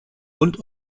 und